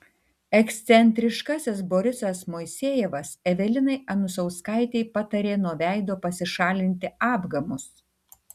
ekscentriškasis borisas moisejevas evelinai anusauskaitei patarė nuo veido pasišalinti apgamus